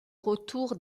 retour